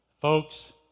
Folks